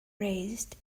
raised